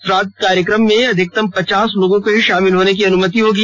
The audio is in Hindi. श्राद्व कार्यक्रम में अधिकतम पचास लोगों को ही शामिल होने की अनुमति होगी